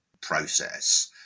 process